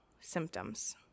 symptoms